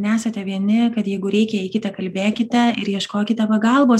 nesate vieni kad jeigu reikia eikite kalbėkite ir ieškokite pagalbos